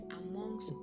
amongst